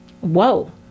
Whoa